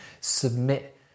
submit